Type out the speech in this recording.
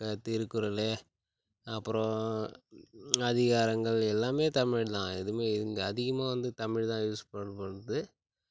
திருக்குறள் அப்பறம் அதிகாரங்கள் எல்லாமே தமிழ்தான் எதுவுமே அதிகமாக வந்து தமிழ்தான் யூஸ் பண்ணப்படுது